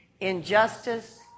injustice